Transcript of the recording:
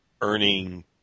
earning